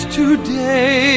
today